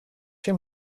chez